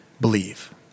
believe